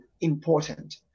important